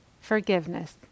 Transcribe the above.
forgiveness